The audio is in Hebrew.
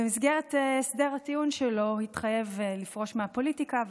במסגרת הסדר הטיעון שלו התחייב לפרוש מהפוליטיקה,